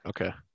Okay